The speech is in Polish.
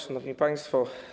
Szanowni Państwo!